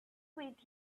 with